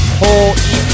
whole